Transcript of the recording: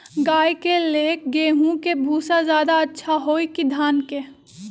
गाय के ले गेंहू के भूसा ज्यादा अच्छा होई की धान के?